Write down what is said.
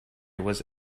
was